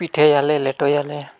ᱯᱤᱴᱷᱟᱹᱭᱟᱞᱮ ᱞᱮᱴᱚᱭᱟᱞᱮ